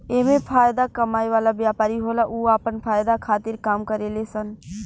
एमे फायदा कमाए वाला व्यापारी होला उ आपन फायदा खातिर काम करेले सन